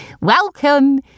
Welcome